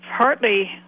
partly